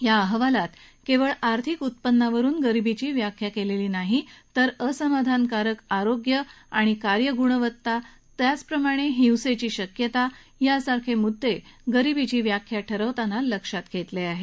या अहवालात केवळ आर्थिक उत्पन्नावरून गरिबीची व्याख्या केलेली नाही तर असमाधानकारक आरोग्य आणि कार्य गुणवत्ता त्याचप्रमाणे हिंसेची शक्यता यासारखे मुद्दे गरिबीची व्याख्या ठरवताना लक्षात घेतलेले आहेत